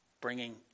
bringing